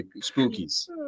spookies